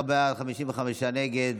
11 בעד, 55 נגד,